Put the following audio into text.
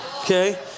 Okay